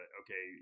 okay